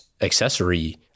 accessory